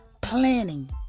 planning